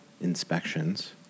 inspections